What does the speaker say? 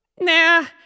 Nah